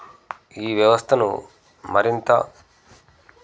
ఈ వ్యవస్థను మరింత